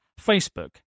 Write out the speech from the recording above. Facebook